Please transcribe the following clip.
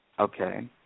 Okay